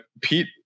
Pete